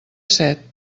set